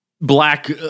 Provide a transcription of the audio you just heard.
black